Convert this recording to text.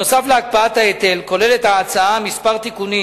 נוסף על הקפאת ההיטל כוללת ההצעה כמה תיקונים